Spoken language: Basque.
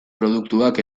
produktuak